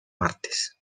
martes